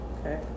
Okay